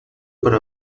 para